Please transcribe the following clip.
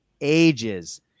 ages